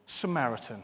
Samaritan